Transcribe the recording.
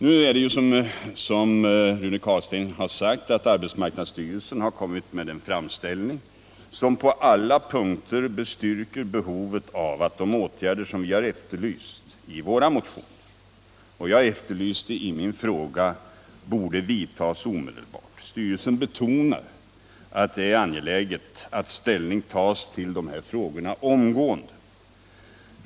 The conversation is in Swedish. Nu harju, som Rune Carlstein sagt, arbetsmarknadsstyrelsen kommit med en framställning som på alla punkter bestyrker att de åtgärder som vi har efterlyst i våra motioner — och som jag efterlyste i min fråga — borde vidtas omedelbart. Styrelsen betonar att det är angeläget att ställning tas till dessa frågor omgående.